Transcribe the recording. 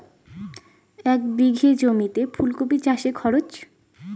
এক বিঘে জমিতে ফুলকপি চাষে খরচ?